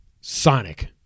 Sonic